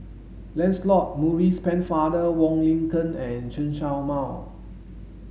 Lancelot Maurice Pennefather Wong Lin Ken and Chen Show Mao